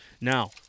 Now